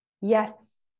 Yes